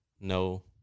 no